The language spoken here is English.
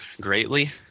greatly